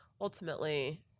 ultimately